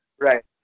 right